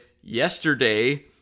yesterday